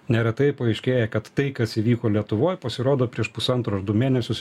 neretai paaiškėja kad tai kas įvyko lietuvoj pasirodo prieš pusantro ar du mėnesius